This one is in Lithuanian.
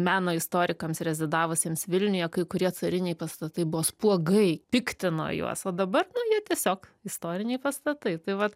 meno istorikams rezidavusiems vilniuje kai kurie cariniai pastatai buvo spuogai piktino juos o dabar jie tiesiog istoriniai pastatai tai vat